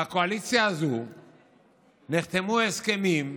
בקואליציה הזאת נחתמו הסכמים,